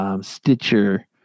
Stitcher